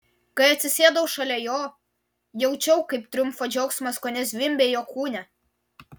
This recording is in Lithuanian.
kai atsisėdau šalia jo jaučiau kaip triumfo džiaugsmas kone zvimbia jo kūne